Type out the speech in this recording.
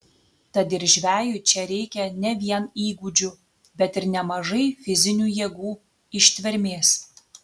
tad ir žvejui čia reikia ne vien įgūdžių bet ir nemažai fizinių jėgų ištvermės